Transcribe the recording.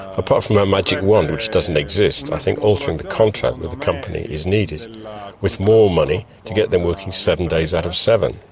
apart from a magic wand which doesn't exist, i think altering the contract with the company is needed with more money to get them working seven days out of seven.